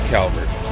Calvert